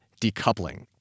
decoupling